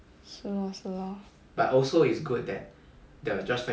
是 lor 是 lor